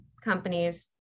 companies